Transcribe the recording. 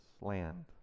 land